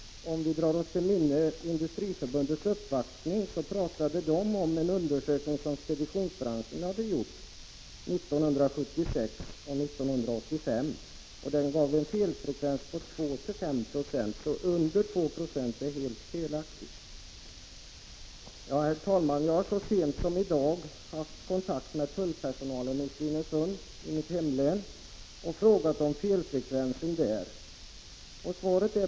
Vid Industriförbundets uppvaktning talade man om en undersökning som speditionsbranschen hade gjort avseende 1976 och 1985. Den uppgav en felfrekvens på 2-5 96, så under 2 Yo är helt felaktigt. Herr talman! Jag har så sent som i dag haft kontakt med tullpersonalen i Svinesund i mitt hemlän och frågat om felfrekvensen där.